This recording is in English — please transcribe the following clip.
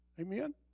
Amen